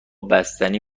بستنی